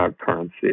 currency